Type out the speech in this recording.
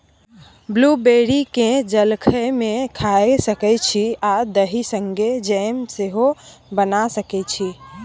blueberry केँ जलखै मे खाए सकै छी आ दही संगै जैम सेहो बना सकै छी